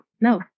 No